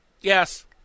Yes